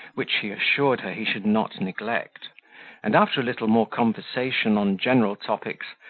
which he assured her he should not neglect and after a little more conversation on general topics,